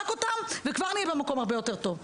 רק אותם וכבר נהיה במקום הרבה יותר טוב.